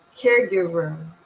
caregiver